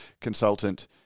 consultant